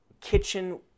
kitchen